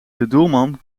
doelman